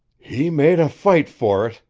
he made a fight for